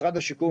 משרד השיכון,